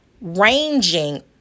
Ranging